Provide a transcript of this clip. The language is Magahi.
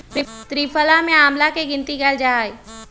त्रिफला में आंवला के गिनती कइल जाहई